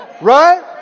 right